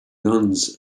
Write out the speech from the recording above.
nuns